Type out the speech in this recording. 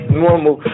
normal